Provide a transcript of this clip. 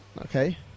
okay